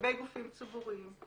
לגבי גופים ציבוריים.